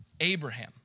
Abraham